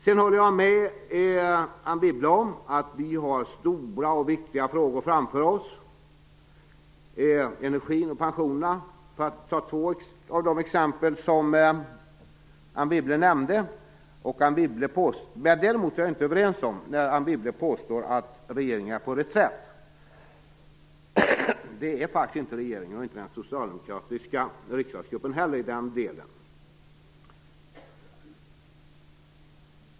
Jag håller med Anne Wibble om att vi har stora och viktiga frågor framför oss. Energin och pensionerna är sådana frågor, för att ta två av de exempel som Anne Wibble nämnde. Däremot är jag inte överens med Anne Wibble när hon påstår att regeringen är på reträtt. Det är regeringen faktiskt inte, och det är inte heller den socialdemokratiska riksdagsgruppen, i den delen.